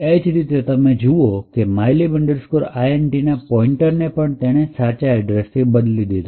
એજ રીતે તમે જુઓ કે mylib int ના પોઇન્ટને પણ તેને સાચા એડ્રેસ થી બદલી દીધો